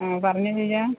ആ പറഞ്ഞോ ജീജാ